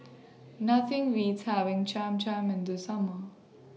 Nothing Beats having Cham Cham in The Summer